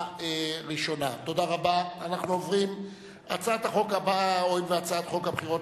אני קובע שהצעת החוק של חבר הכנסת